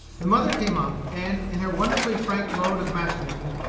the mother came up, and, in her wonderfully frank mode of match-making,